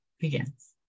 begins